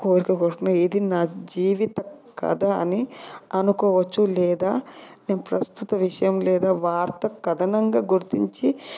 కోరిక కోరుకున్న ఏది నా జీవితం కదా అని అనుకోవచ్చు లేదా ప్రస్తుత విషయం లేదో వార్త కథనంగా గుర్తించి